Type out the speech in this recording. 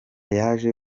yaje